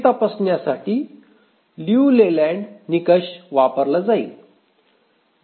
हे तपासण्यासाठी लियू लेलँड निकष वापरला जाईल